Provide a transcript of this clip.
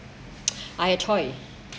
!aiya! choy